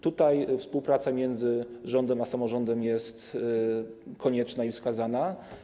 Tutaj współpraca między rządem a samorządem jest konieczna i wskazana.